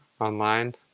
online